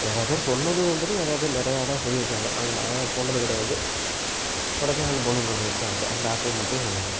நிறையா பேர் சொன்னது வந்துட்டு நிறையா பேர் நிறையா இடம் சொல்லியிருக்காங்க ஆனால் நான் போனது கிடையாது கொடைக்கானல் போகணுங்கறது மட்டும் தான் ஆசை அந்த ஆசையை மட்டும்